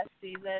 season